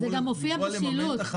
זה גם מופיע בשילוט.